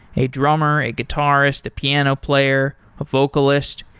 a drummer, a guitarist, a piano player, a vocalist,